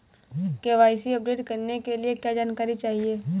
KYC update करने के लिए क्या जानकारी चाहिए?